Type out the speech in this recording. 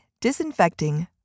disinfecting